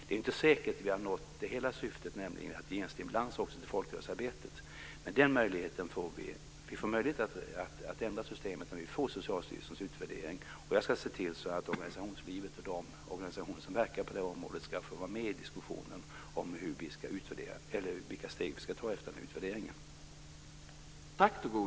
Det är inte säkert att vi har nått hela syftet, nämligen att ge en stimulans också till folkrörelsearbetet, men vi får möjlighet att ändra systemet när vi får Socialstyrelsens utvärdering. Jag ska se till att organisationslivet och de organisationer som verkar på det här området får vara med i diskussionen om vilka steg vi ska ta efter den här utvärderingen.